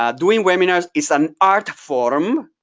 um doing webinars is an art form,